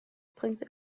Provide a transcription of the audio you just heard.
bringt